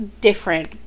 different